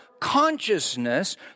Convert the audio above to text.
consciousness